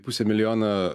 pusė milijono